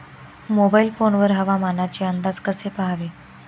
Mobile phone वर हवामानाचे अंदाज कसे पहावे?